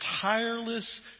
tireless